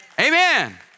Amen